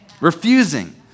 Refusing